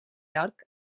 york